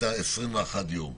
העברתי דוגמה של אשדוד.